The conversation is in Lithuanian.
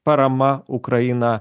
parama ukraina